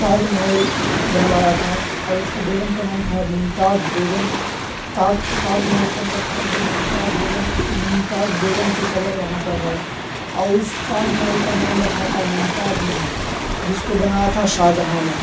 تاج محل بنوایا تھا اور اس کی بیگم کا نام تھا ممتاز بیگم تاز تاج محل کے اندر آج بھی ممتاز بیگم ممتاز بیگم کی قبر وہاں پہ ہے اور اس تاج محل کا نام رکھا تھا ممتاز محل جس کو بنایا تھا شاہ جہاں نے